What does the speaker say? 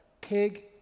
pig